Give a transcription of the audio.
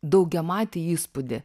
daugiamatį įspūdį